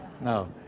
No